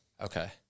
Okay